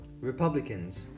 Republicans